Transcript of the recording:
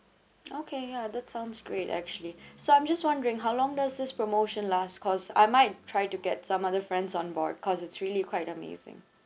okay ya that sounds great actually so I'm just wondering how long does this promotion last cause I might try to get some other friends on board cause it's really quite amazing